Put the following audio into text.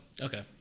okay